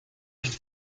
nicht